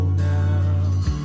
now